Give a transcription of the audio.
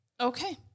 Okay